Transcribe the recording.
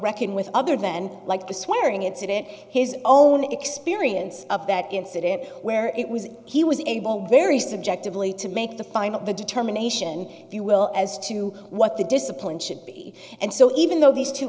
reckon with other than like the swearing incident his own experience of that incident where it was he was able very subjectively to make the final determination if you will as to what the discipline should be and so even though these two